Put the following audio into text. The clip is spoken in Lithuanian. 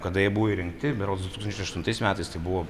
kada jie buvo įrengti berods du tūkstančiai aštuntais metais tai buvo